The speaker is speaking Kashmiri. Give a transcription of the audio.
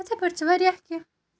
یِتھٕے پٲٹھۍ چھُ واریاہ کیٚنہہ